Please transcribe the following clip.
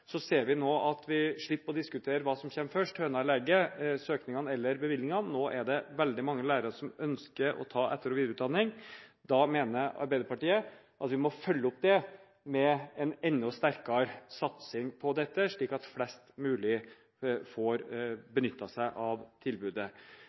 først, høna eller egget – søkningen eller bevilgningene. Nå er det veldig mange lærere som ønsker å ta etter- og videreutdanning. Arbeiderpartiet mener at vi må følge opp med en enda sterkere satsing på dette, slik at flest mulig får